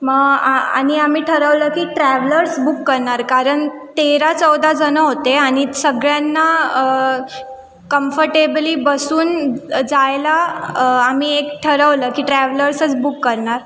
मग आ आणि आम्ही ठरवलं की ट्रॅव्हलर्स बुक करणार कारण तेरा चौदा जणं होते आणि सगळ्यांना कम्फटेबली बसून जायला आम्ही एक ठरवलं की ट्रॅव्हलर्सच बुक करणार